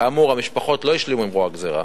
כאמור, המשפחות לא השלימו עם רוע הגזירה